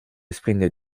sprint